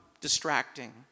distracting